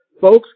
Folks